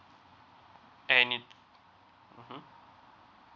and it mmhmm